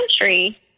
country